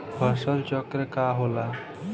फसल चक्र का होला?